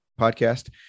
podcast